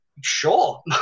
Sure